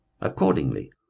accordingly